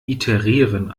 iterieren